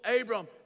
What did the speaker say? abram